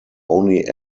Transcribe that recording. only